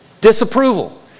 Disapproval